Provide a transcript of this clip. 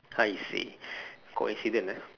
I see coincidence ah